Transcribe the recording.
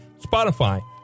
Spotify